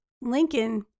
Lincoln